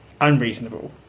unreasonable